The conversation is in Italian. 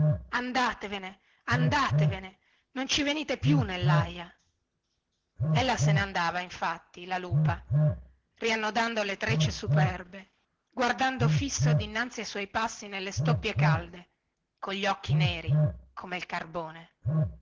andatevene andatevene non ci venite più nellaia ella se ne andava infatti la lupa riannodando le trecce superbe guardando fisso dinanzi ai suoi passi nelle stoppie calde cogli occhi neri come il carbone